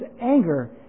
anger